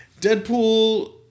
Deadpool